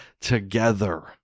together